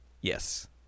Yes